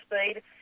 speed